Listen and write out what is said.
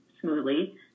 smoothly